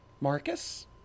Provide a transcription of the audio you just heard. Marcus